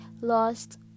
lost